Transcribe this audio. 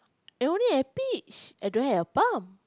I only have peach I don't have a palm